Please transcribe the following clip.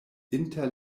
inter